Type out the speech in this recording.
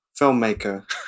filmmaker